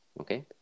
Okay